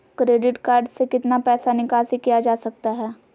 Credit card से कितना पैसा निकासी किया जा सकता है?